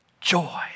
joy